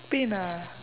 pain ah